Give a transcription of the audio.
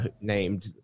named